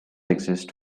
exist